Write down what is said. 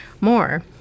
more